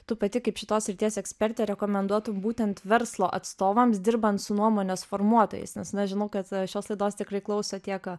tu pati kaip šitos srities ekspertė rekomenduotum būtent verslo atstovams dirbant su nuomonės formuotojais nes na žinau kad šios laidos tikrai klauso tiek